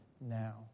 now